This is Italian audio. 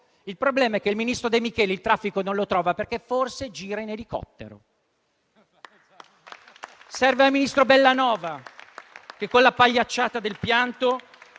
Il problema è che il ministro De Micheli il traffico non lo trova, perché forse gira in elicottero. Serve al ministro Bellanova, che con la pagliacciata del pianto